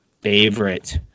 favorite